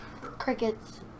crickets